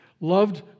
loved